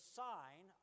sign